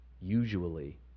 Usually